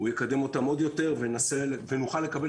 הוא יקדם אותם עוד יותר ונוכל לקבל